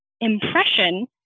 impression